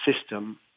system